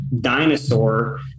dinosaur